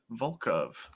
Volkov